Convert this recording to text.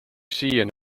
siiani